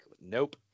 nope